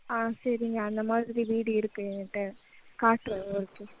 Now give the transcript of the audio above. ஆ சரிங்க அந்த மாதிரி வீடு இருக்குது என்கிட்ட காட்டவா உங்களுக்கு